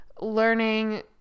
learning